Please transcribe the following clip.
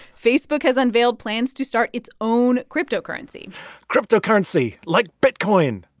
facebook has unveiled plans to start its own cryptocurrency cryptocurrency, like bitcoin,